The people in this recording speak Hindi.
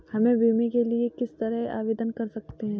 हम बीमे के लिए किस तरह आवेदन कर सकते हैं?